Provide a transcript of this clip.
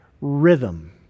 Rhythm